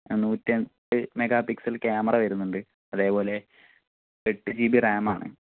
നൂറ്റിയഞ്ച് megapixel camera വരുന്നുണ്ട് അതേപോലെ എട്ട് ജി ബി റാമാണ്